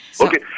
Okay